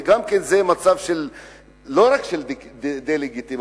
זה מצב לא רק של דה-לגיטימציה,